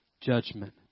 judgment